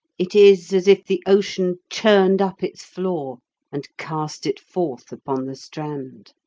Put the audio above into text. it is as if the ocean churned up its floor and cast it forth upon the strand.